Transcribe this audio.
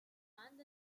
and